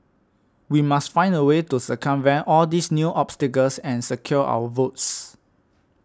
we must find a way to circumvent all these new obstacles and secure our votes